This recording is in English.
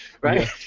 right